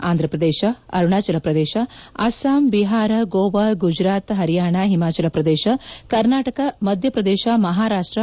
Andhra Pradesh Arunachal Pradesh Assam Bihar Goa Gujarat Haryana Himachal Pradesh Karnataka Madhya Pradesh Maharashtra